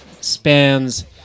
spans